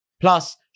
Plus